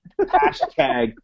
Hashtag